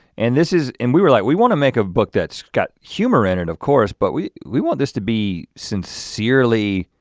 and this is, and we were like, we wanna make a book that's got humor in it, of course, but we we want this to be sincerely